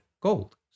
Gold